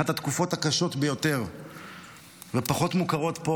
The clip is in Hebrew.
אחת התקופות הקשות ביותר ופחות מוכרות פה,